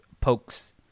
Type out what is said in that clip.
pokes